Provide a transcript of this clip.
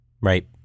Right